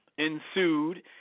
ensued